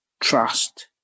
trust